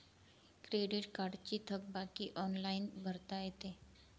credit कार्डची थकबाकी online भरता येते